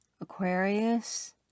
Aquarius